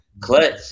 clutch